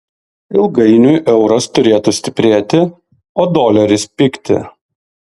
ilgainiui euras turėtų stiprėti o doleris pigti